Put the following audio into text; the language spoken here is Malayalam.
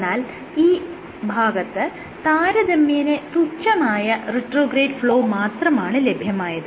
എന്നാൽ ഈ ഭാഗത്ത് താരതമ്യേന തുച്ഛമായ റിട്രോഗ്രേഡ് ഫ്ലോ മാത്രമാണ് ലഭ്യമായത്